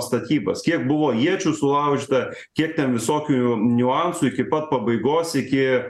statybas kiek buvo iečių sulaužyta kiek ten visokių niuansų iki pat pabaigos iki